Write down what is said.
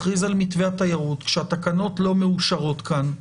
מכריז על מתווה התיירות כשהתקנות לא מאושרות כאן.